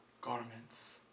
garments